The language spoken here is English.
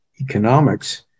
Economics